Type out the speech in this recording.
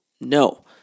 No